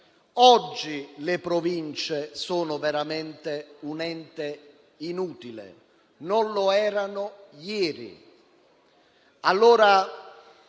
Oggi le Province sono veramente un ente inutile. Non lo erano ieri.